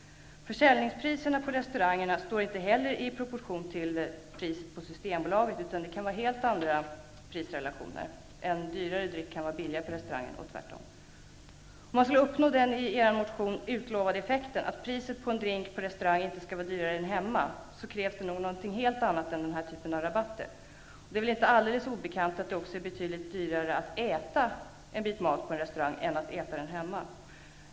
Försäljningspriserna på restaurangerna står inte heller i proportion till priset på Systembolaget, utan det kan vara helt andra prisrelationer: en dyrare dryck kan vara billigare på restaurangen och tvärtom. Om man skall uppnå den i er motion utlovade effekten -- att priset på en drink på restaurang inte skall vara högre än hemma -- krävs det nog något helt annat än den föreslagna typen av rabatter. Det är väl inte alldeles obekant att det också är betydligt dyrare att äta en bit mat på en restaurang än att äta den hemma.